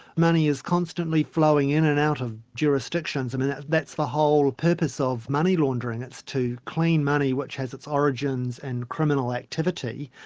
money is constantly flowing in and out of jurisdictions, and that's the whole purpose of money laundering, it's to clean money which has its origins in and criminal activity,